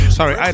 Sorry